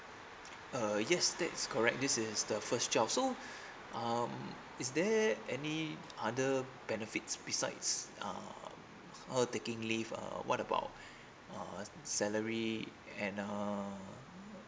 uh yes that is correct this is the first child so um is there any other benefits besides uh her taking leave uh what about uh salary and uh